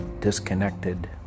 disconnected